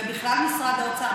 ובכלל את משרד האוצר,